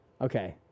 Okay